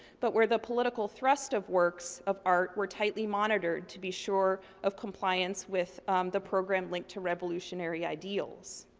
but where the political thrust of works of art were tightly monitored, to be sure of compliance with the program linked to revolutionary ideals.